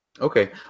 Okay